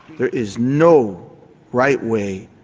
there is no right way,